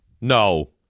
No